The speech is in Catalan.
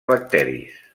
bacteris